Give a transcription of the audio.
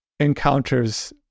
encounters